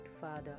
father